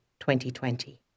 2020